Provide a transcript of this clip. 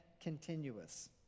continuous